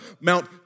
Mount